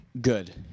Good